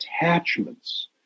attachments